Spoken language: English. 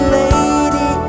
lady